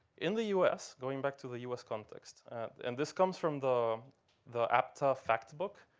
in the us, going back to the us context and this comes from the the apta fact book.